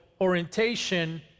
orientation